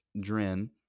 Dren